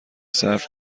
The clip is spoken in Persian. صرف